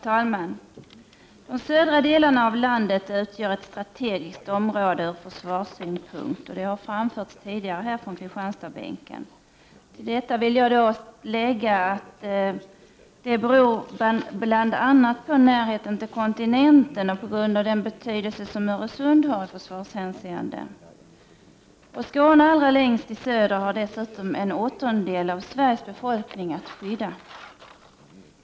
Herr talman! De södra delarna av landet utgör ett strategiskt område ur försvarssynpunkt. Detta har anförts tidigare från Kristianstadsbänken. Jag vill tillägga att det bl.a. beror på närheten till kontinenten och på den betydelse som Öresund har i försvarshänseende. Skåne allra längst i söder har dessutom en åttondel av Sveriges befolkning att skydda.